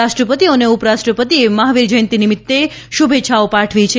રાષ્ટ્રપતિ અને ઉપરાષ્ટ્રપતિએ મહાવીર જયંતિ નિમિત્તે શ઼ુભેચ્છાઓ પાઠવી છે